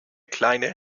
kleine